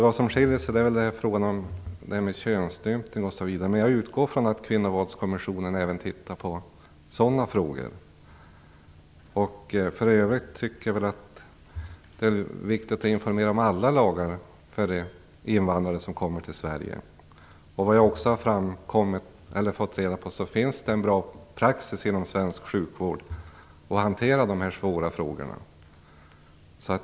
Det som skiljer oss åt är frågan om könsstympning osv. Jag utgår från att Kvinnovåldskommissionen även tittar på sådana frågor. För övrigt tycker jag att det är viktigt att informera invandrare som kommer till Sverige om alla lagar. Jag har fått reda på att det finns en bra praxis inom svensk sjukvård för hur man skall hantera dessa svåra frågor.